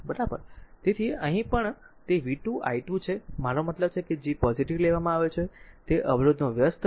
તેથી અહીં પણ તે v2 i2 છે અહીં મારો મતલબ છે કે G પોઝીટીવ લેવામાં આવે છે તે અવરોધનો વ્યસ્ત છે